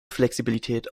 flexibilität